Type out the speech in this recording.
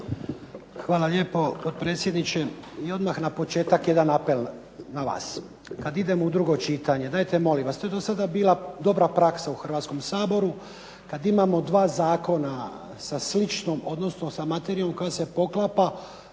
Hvala lijepo potpredsjedniče. I odmah na početak jedan apel na vas. Kad idemo u drugo čitanje, dajte molim vas, to je do sada bila dobra praksa u Hrvatskom saboru, kad imamo dva zakona sa sličnom, odnosno sa materijom koja se poklapa,